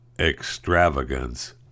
extravagance